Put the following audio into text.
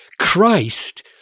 Christ